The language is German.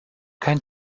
kein